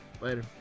Later